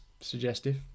suggestive